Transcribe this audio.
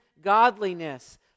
godliness